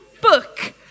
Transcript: book